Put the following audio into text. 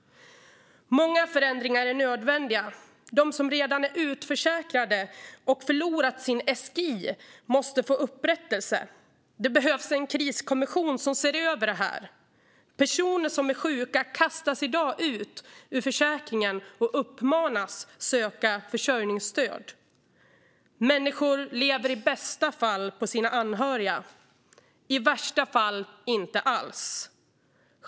Många förändringar är nödvändiga. De som redan är utförsäkrade och har förlorat sin SGI måste få upprättelse. Det behövs en kriskommission som ser över detta. Personer som är sjuka kastas i dag ut ur försäkringen och uppmanas att söka försörjningsstöd. Människor lever i bästa fall på sina anhöriga, i värsta fall inte alls.